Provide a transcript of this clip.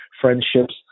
friendships